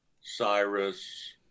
Cyrus